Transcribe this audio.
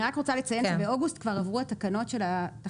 אני רק רוצה לציין שבאוגוסט כבר עברו התקנות הרגילות.